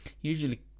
usually